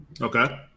Okay